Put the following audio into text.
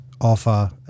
offer